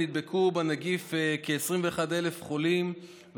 נדבקו בנגיף כ-21,000 חולים,